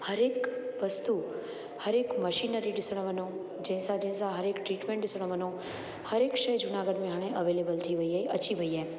हर एक वस्तू हर एक मशीनरी ॾिसण वञू जंहिंसां जंहिंसा हर एक ट्रीटमेंट ॾिसणु वञू हर एक शइ हाणे जूनागढ़ में एवेलेबल थी वयी आहे अची वयी आहे